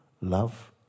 love